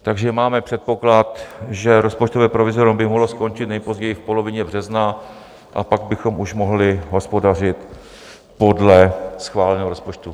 Takže máme předpoklad, že rozpočtové provizorium by mohlo skončit nejpozději v polovině března a pak bychom už mohli hospodařit podle schváleného rozpočtu.